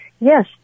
Yes